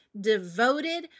devoted